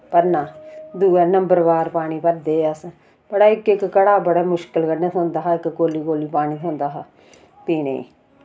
भरना दुआ नंबर बार पानी भरदे हे अस मड़ा इक इक घड़ा बड़े मुश्किल कन्नै थोंदा हा इक कौली कौली पानी थोंदा हा पीने